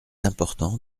important